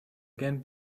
again